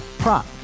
prop